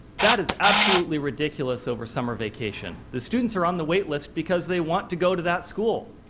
that is absolutely ridiculous over summer vacation. the students were on the waitlist because they want to go to that school.